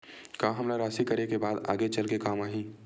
का हमला राशि करे के बाद आगे चल के काम आही?